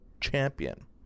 champion